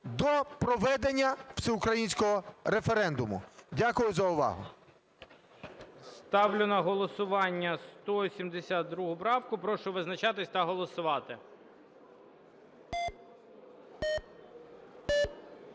до проведення всеукраїнського референдуму. Дякую за увагу. ГОЛОВУЮЧИЙ. Ставлю на голосування 1072 правку. Прошу визначатись та голосувати.